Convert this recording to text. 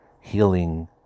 healing